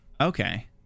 Okay